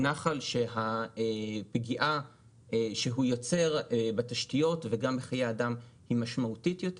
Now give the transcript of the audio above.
הוא נחל שהפגיעה שהוא יוצר בתשתיות וגם בחיי אדם היא משמעותית יותר.